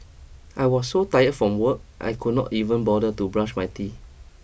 I was so tired from work I could not even bother to brush my teeth